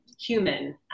human